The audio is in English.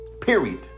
Period